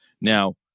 Now